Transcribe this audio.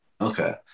Okay